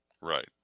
Right